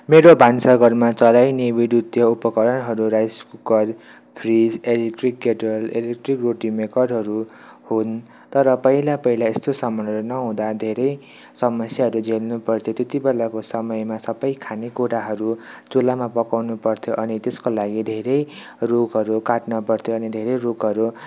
मेरो भान्सा घरमा चलाइने विद्युतीय उपकरणहरू rice cooker fridge electric kettle electric roti मेकरहरू हुन् तर पहिला पहिला यस्तो सामानहरू नहुँदा धेरै समस्याहरू झेल्नु पर्थ्यो त्यति बेलाको समयमा सबै खाने कुराहरू चुल्हामा पकाउनु पर्थ्यो अनि त्यसको लागि धेरै रुखहरू काट्न पर्थ्यो अनि धेरै रुखहरू